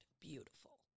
beautiful